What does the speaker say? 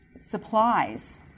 supplies